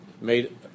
made